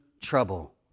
trouble